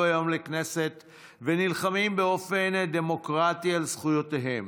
היום לכנסת ונלחמים באופן דמוקרטי על זכויותיהם.